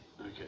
Okay